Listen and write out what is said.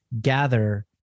gather